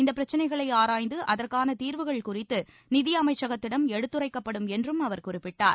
இந்தப் பிரச்னைகளை ஆராய்ந்து அதற்கான தீர்வுகள் குறித்து நிதியமைச்சகத்திடம் எடுத்துரைக்கப்படும் என்றும் அவர் குறிப்பிட்டார்